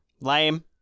Lame